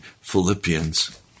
Philippians